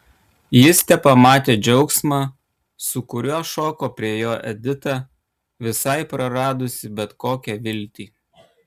jis tepamatė džiaugsmą su kuriuo šoko prie jo edita visai praradusi bet kokią viltį